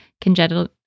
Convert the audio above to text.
congenital